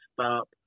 Stop